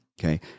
Okay